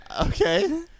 Okay